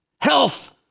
health